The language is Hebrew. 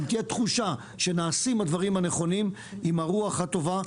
אם תהיה תחושה שנעשים הדברים הנכונים עם הרוח הטובה,